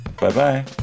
Bye-bye